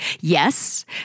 Yes